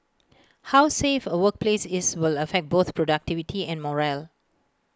how safe A workplace is will affect both productivity and morale